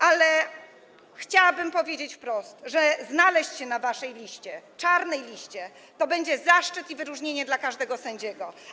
Ale chciałabym powiedzieć wprost, że znaleźć się na waszej liście, czarnej liście, to będzie zaszczyt i wyróżnienie dla każdego sędziego.